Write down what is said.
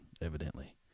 evidently